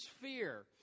fear